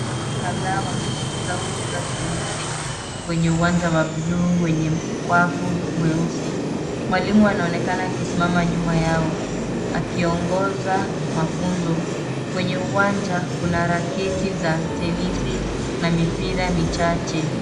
Watoto kadhaa wamejifunza kucheza tenisi kwenye uwanja wa buluu wenye wavu mweusi. Mwalimu anaonekana akisimama nyuma yao akiongoza mafunzo. Kwenye uwanja, kuna raketi za tenisi na mipira michache